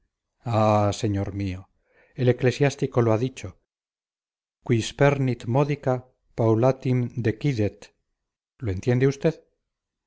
señor mío el eclesiástico lo ha dicho qui spernit modica paulatim decidet lo entiende usted